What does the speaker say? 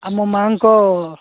ଆମ ମା'ଙ୍କ